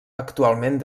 actualment